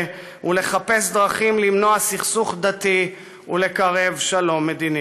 ולחפש דרכים למנוע סכסוך דתי ולקרב שלום מדיני".